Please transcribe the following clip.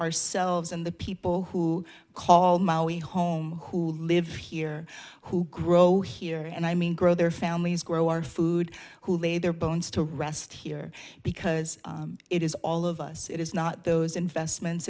ourselves and the people who call maui home who live here who grow here and i mean grow their families grow our food who lay their bones to rest here because it is all of us it is not those investments